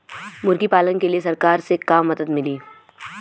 मुर्गी पालन के लीए सरकार से का मदद मिली?